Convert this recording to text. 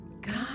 God